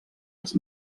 els